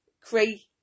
create